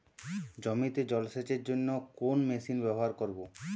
জমিতে জল সেচের জন্য কোন মেশিন ব্যবহার করব?